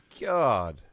God